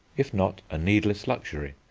if not a needless luxury,